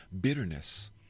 Bitterness